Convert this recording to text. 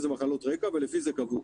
איזה מחלות רקע ולפי זה קבעו,